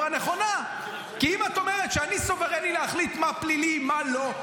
אמרה נכונה: אם את אומרת שאני סוברני להחליט מה פלילי ומה לא,